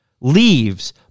Leaves